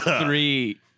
Three